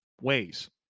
ways